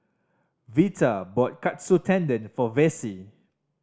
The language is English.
Vita bought Katsu Tendon for Vassie